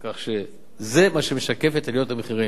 כך שזה מה שמשקף את עליות המחירים.